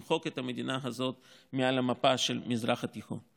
למחוק את המדינה הזאת מעל המפה של המזרח התיכון.